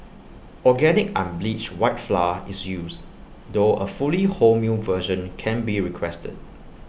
organic unbleached white flour is used though A fully wholemeal version can be requested